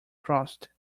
crossed